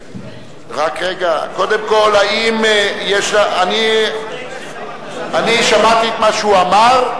קודם כול, אני שמעתי את מה שהוא אמר.